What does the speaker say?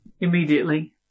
Immediately